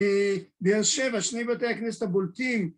‫ויאשר בשני בתי הכנסת בולטים.